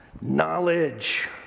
Knowledge